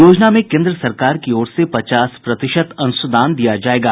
योजना में कोन्द्र सरकार की ओर से पचास प्रतिशत अंशदान दिया जायेगा